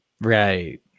Right